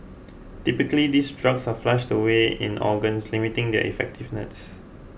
typically these drugs are flushed away in organs limiting their effectiveness